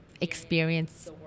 experience